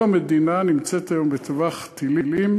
כל המדינה נמצאת היום בטווח טילים,